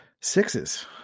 sixes